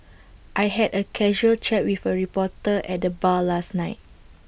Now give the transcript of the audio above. I had A casual chat with A reporter at the bar last night